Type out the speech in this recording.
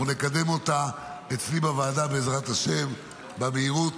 אנחנו נקדם אותה אצלי בוועדה, בעזרת השם, במהירות